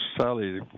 Sally